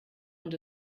und